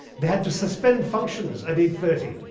they had to suspend functions at eight thirty.